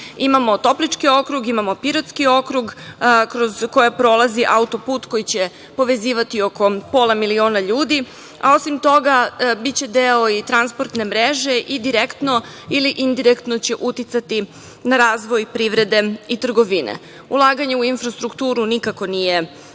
šire. Imamo Toplički okrug, imamo Pirotski okrug, kroz koji prolazi auto-put koji će povezivati oko pola miliona ljudi, a osim toga biće deo transportne mreže i direktno, ili indirektno će uticati na razvoj privrede i trgovine. Ulaganje u infrastrukturu nikako nije pogrešno,